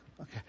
okay